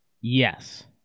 Yes